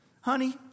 honey